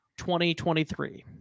2023